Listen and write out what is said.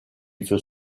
veut